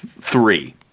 three